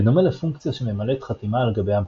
בדומה לפונקציה שממלאת חתימה על גבי המחאה.